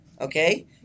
Okay